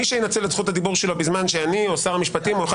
מי שינצל את זכות הדיבור שלו בזמן שאני או שר המשפטים או אחד